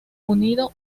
unido